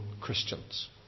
Christians